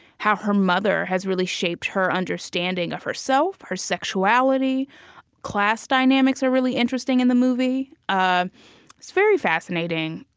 how her mother has really shaped her understanding of herself, her sexuality class dynamics are really interesting in the movie. um it's a very fascinating,